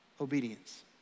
obedience